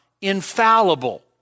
infallible